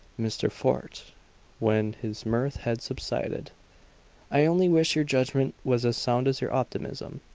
mr. fort when his mirth had subsided i only wish your judgment was as sound as your optimism!